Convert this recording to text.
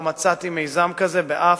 לא מצאת באף